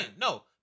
No